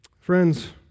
Friends